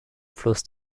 fluss